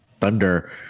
Thunder